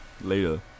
Later